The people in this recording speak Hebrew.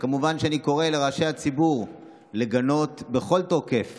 כמובן שאני קורא לראשי הציבור לגנות בכל תוקף